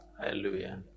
hallelujah